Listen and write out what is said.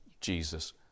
Jesus